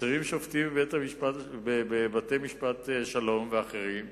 חסרים שופטים בבתי-משפט שלום ואחרים,